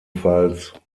ggf